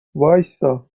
وایستا